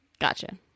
Gotcha